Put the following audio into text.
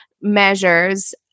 measures